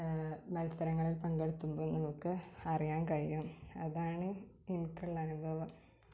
മത്സരങ്ങളിൽ പങ്കെടുത്തുമ്പം നമുക്ക് അറിയാൻ കഴിയും അതാണ് എനിക്കുള്ള അനുഭവം